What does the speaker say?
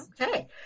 Okay